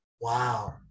Wow